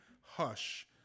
hush